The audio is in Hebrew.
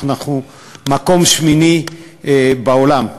אנחנו מקום שמיני בעולם.